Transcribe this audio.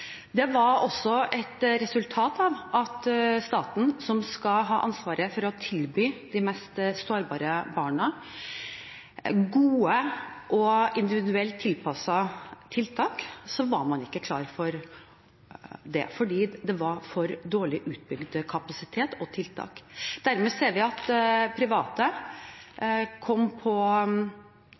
Staten, som skal ha ansvaret for å tilby de mest sårbare barna gode og individuelt tilpassede tiltak, var ikke klar for det, fordi det var for dårlig utbygd kapasitet og tiltak. Vi så at private kom på